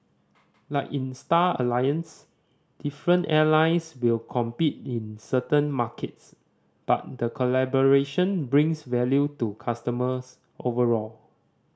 like in Star Alliance different airlines will compete in certain markets but the collaboration brings value to customers overall